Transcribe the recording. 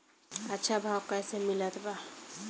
अच्छा भाव कैसे मिलत बा?